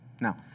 Now